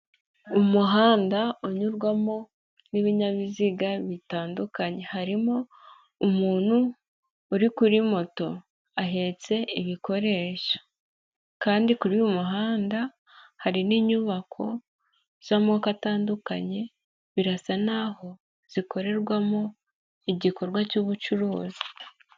Umuhanda unyurwamo n'ibinyabiziga bitandukanye, harimo umuntu uri kuri moto ahetse ibikoresho, kandi kuri uyu muhanda hari n'inyubako z'amoko atandukanye birasa n'aho zikorerwamo igikorwa cy'ubucuruzi.